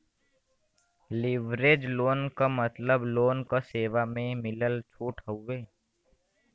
leverage loan क मतलब loan क सेवा म मिलल छूट हउवे